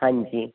ਹਾਂਜੀ